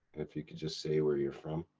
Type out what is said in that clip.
if you could just say where you're from.